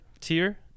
tier